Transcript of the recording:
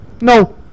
No